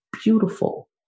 beautiful